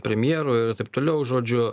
premjeru ir taip toliau žodžiu